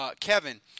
Kevin